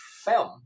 film